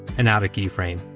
and add a keyframe.